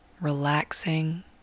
relaxing